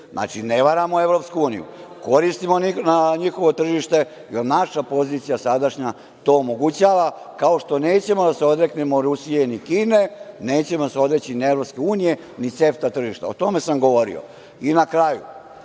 Znači, ne varamo EU, koristimo njihovo tržište, jer naša pozicija sadašnja to omogućava, kao što nećemo da se odreknemo Rusije i Kine, nećemo se odreći ni EU, ni CEFTA tržišta, o tome sam govorio. Na kraju,